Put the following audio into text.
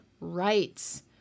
rights